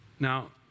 Now